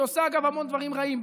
אגב, היא עושה בעיקר המון דברים רעים.